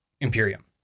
Imperium